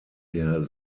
der